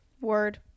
word